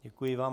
Děkuji vám.